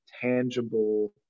tangible